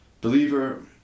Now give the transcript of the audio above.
Believer